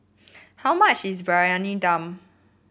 how much is Briyani Dum